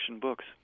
books